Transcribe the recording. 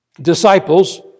Disciples